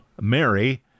Mary